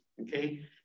okay